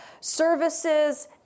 services